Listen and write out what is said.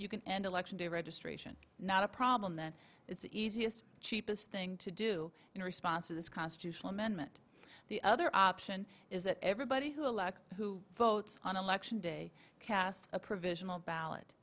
you can end election day registration not a problem then it's the easiest cheapest thing to do in response to this constitutional amendment the other option is that everybody who elect who votes on election day cast a provisional ball